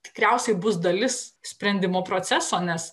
tikriausiai bus dalis sprendimo proceso nes